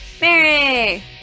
Mary